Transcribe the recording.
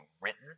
written